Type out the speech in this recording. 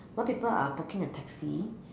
while people are booking a taxi